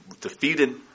defeated